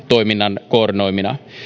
toiminnan koordinoimina